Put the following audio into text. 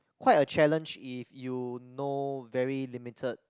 quite a challenge if you know very limited